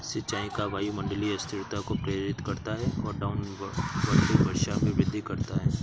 सिंचाई का वायुमंडलीय अस्थिरता को प्रेरित करता है और डाउनविंड वर्षा में वृद्धि करता है